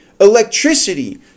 electricity